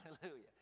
Hallelujah